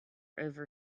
over